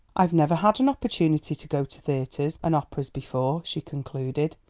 i've never had an opportunity to go to theatres and operas before, she concluded,